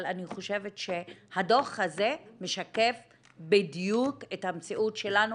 אבל אני חושבת שהדוח הזה משקף בדיוק את המציאות שלנו